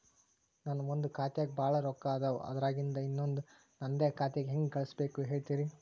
ನನ್ ಒಂದ್ ಖಾತ್ಯಾಗ್ ಭಾಳ್ ರೊಕ್ಕ ಅದಾವ, ಅದ್ರಾಗಿಂದ ಇನ್ನೊಂದ್ ನಂದೇ ಖಾತೆಗೆ ಹೆಂಗ್ ಕಳ್ಸ್ ಬೇಕು ಹೇಳ್ತೇರಿ?